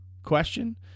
question